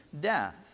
death